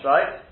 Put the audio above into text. Right